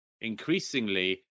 increasingly